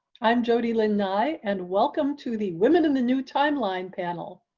i'm jody lanai and welcome to the women in the new timeline panel.